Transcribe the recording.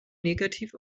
negativ